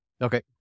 Okay